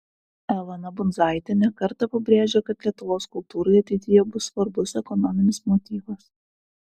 elona bundzaitė ne kartą pabrėžė kad lietuvos kultūrai ateityje bus svarbus ekonominis motyvas